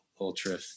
ultra